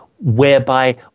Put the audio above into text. whereby